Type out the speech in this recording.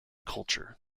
culture